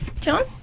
John